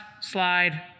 slide